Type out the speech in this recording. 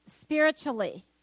spiritually